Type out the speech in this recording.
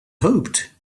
hoped